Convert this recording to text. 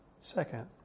Second